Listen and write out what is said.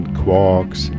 quarks